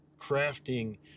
crafting